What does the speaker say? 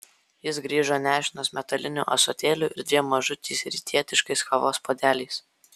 jis grįžo nešinas metaliniu ąsotėliu ir dviem mažučiais rytietiškais kavos puodeliais